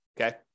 Okay